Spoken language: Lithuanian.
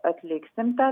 atliksim tą